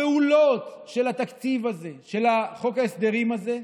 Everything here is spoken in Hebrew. הפעולות של התקציב הזה, של חוק ההסדרים הזה,